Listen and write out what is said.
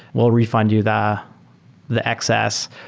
will refund you the the excess,